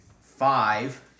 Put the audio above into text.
five